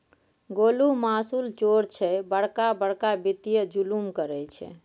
गोलु मासुल चोर छै बड़का बड़का वित्तीय जुलुम करय छै